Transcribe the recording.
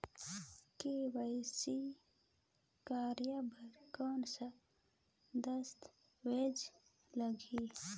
KYC कराय बर कौन का दस्तावेज लगही?